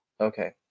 Okay